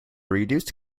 reduced